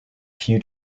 few